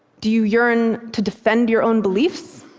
do you yearn to defend your own beliefs?